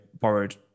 borrowed